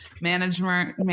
management